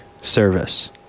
service